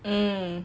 hmm